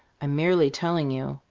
i'm merely telling you.